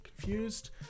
confused